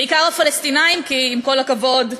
בעיקר, הפלסטינים, כי עם כל הכבוד,